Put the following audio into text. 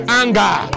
anger